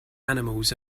animals